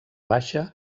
baixa